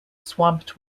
swamped